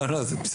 לא, לא, זה בסדר.